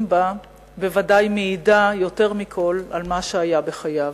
בה בוודאי מעידה יותר מכול על מה שהיה בחייו.